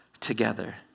together